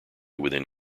within